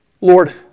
Lord